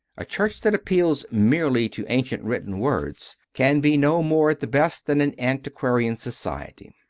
a church that appeals merely to ancient written words can be no more at the best than an antiqua rian society.